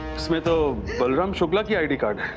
balram shukla's identity card.